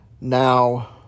Now